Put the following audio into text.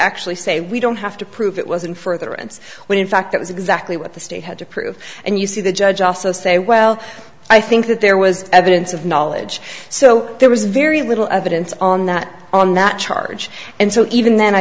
actually say we don't have to prove it was in furtherance when in fact that was exactly what the state had to prove and you see the judge also say well i think that there was evidence of knowledge so there was very little evidence on that on that charge and so even then i